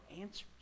answers